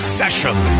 session